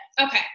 okay